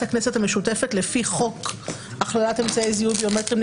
הכנסת המשותפת לפי חוק הכללת אמצעי זיהוי ביומטריים.